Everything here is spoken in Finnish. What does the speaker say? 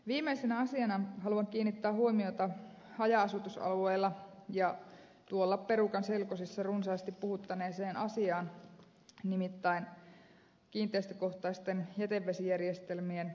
viimeisenä asiana haluan kiinnittää huomiota haja asutusalueilla ja tuolla perukan selkosilla runsaasti puhuttaneeseen asiaan nimittäin kiinteistökohtaisten jätevesijärjestelmien parantamiseen